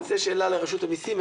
זו שאלה לרשות המיסים.